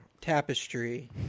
tapestry